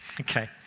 okay